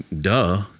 Duh